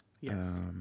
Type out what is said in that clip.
Yes